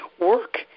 work